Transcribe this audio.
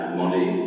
money